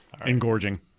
Engorging